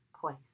place